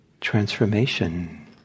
transformation